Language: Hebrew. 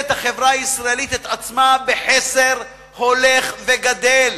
החברה הישראלית מוצאת את עצמה בחסר הולך וגדל.